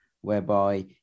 whereby